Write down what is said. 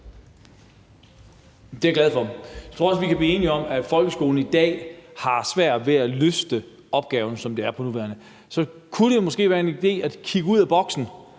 Det er jeg glad for. Jeg tror også, vi kan blive enige om, at folkeskolen i dag har svært ved at løse opgaven, som det er på nuværende tidspunkt. Kunne det måske være en idé at kigge ud af boksen